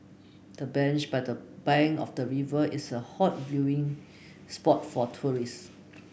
the bench by the bank of the river is a hot viewing spot for tourist